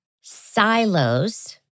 silos